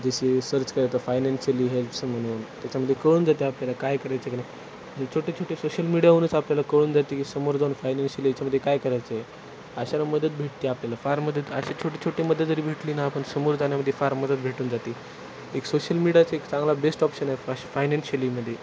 जसे सर्च करता financially helps म्हणून त्याच्यामध्ये कळून जाते आपल्याला काय करायचं की नाही छोटे छोटे सोशल मीडियावरूनच आपल्याला कळून जाते की समोर जाऊ फायनॅन्शिअली याच्यामध्ये काय करायचं आहे अशाला मदत भेटते आपल्याला फार मदत असे छोटे छोटे मदत जरी भेटली ना आपण समोर जाण्यामध्ये फार मदत भेटून जाते एक सोशल मीडियाचा एक चांगला बेस्ट ऑप्शन आहे फा फायनान्शियलीमध्ये